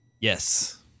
Yes